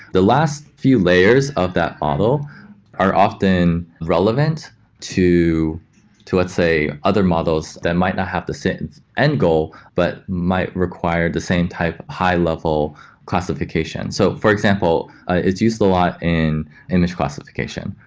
the last few layers of that model are often relevant to to let's say other models that might not have to sit and and go, but might require the same type high-level classification so for example, ah it's used a lot in image classification,